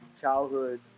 childhood